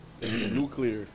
Nuclear